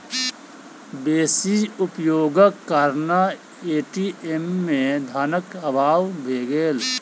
बेसी उपयोगक कारणेँ ए.टी.एम में धनक अभाव भ गेल